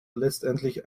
letztendlich